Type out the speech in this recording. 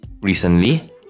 recently